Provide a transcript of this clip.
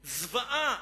זוועה.